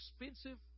expensive